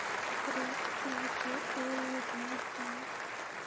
Rate ಯಾಕೆ ಏರಿಳಿತ ಆಗ್ತಾವ?